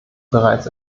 bereits